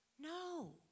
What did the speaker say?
No